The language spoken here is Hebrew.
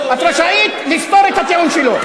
את רשאית לספור את הטיעון שלו.